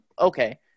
okay